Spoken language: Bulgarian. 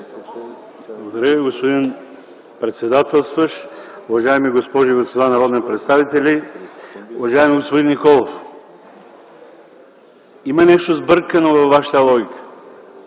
Благодаря Ви, господин председателстващ. Уважаеми госпожи и господа народни представители, уважаеми господин Николов! Има нещо сбъркано във Вашата логика.